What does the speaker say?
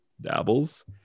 dabbles